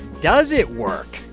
does it work?